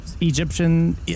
Egyptian